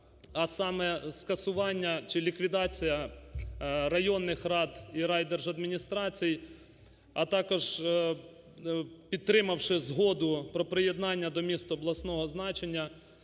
а саме: скасування чи ліквідація районних рад і райдержадміністрацій, а також підтримавши згоду про приєднання до міст обласного значення,